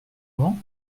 mohan